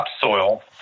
topsoil